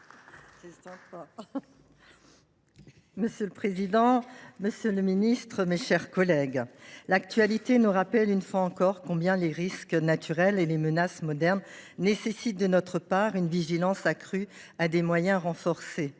Monsieur le président, monsieur le ministre, mes chers collègues, l’actualité nous rappelle, une fois encore, combien les risques naturels et les menaces modernes nécessitent de notre part une vigilance accrue et des moyens renforcés.